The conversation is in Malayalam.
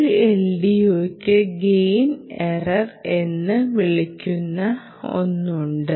ഒരു LDOയ്ക്ക് ഗെയിൽ എറർ എന്ന് വിളിക്കുന്ന ഒന്ന് ഉണ്ട്